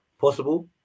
possible